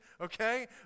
okay